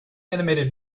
animated